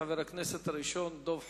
חבר הכנסת הראשון דב חנין,